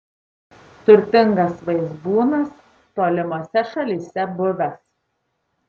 turtingas vaizbūnas tolimose šalyse buvęs